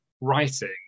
writing